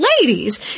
ladies